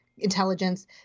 intelligence